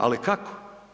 Ali kako?